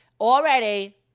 already